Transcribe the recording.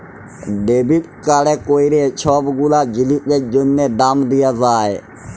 debit কাড়ে ক্যইরে ছব গুলা জিলিসের জ্যনহে দাম দিয়া যায়